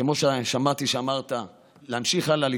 כמו ששמעתי שאמרת: להמשיך הלאה,